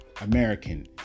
American